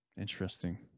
Interesting